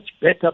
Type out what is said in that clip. better